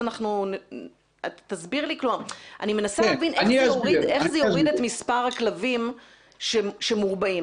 אני מנסה להבין איך זה יוריד את מספר הכלבים שמורבעים.